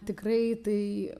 tikrai tai